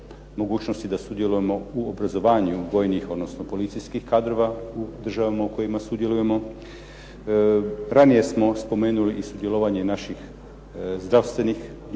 mogućnosti da sudjelujemo u obrazovanju vojnih, odnosno policijskih kadrova u državama u kojima sudjelujemo. Ranije smo spomenuli i sudjelovanje naših zdravstvenih djelatnika,